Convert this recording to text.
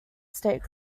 state